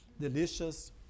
delicious